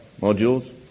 modules